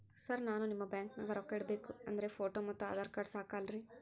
Sir ನಾನು ನಿಮ್ಮ ಬ್ಯಾಂಕನಾಗ ರೊಕ್ಕ ಇಡಬೇಕು ಅಂದ್ರೇ ಫೋಟೋ ಮತ್ತು ಆಧಾರ್ ಕಾರ್ಡ್ ಸಾಕ ಅಲ್ಲರೇ?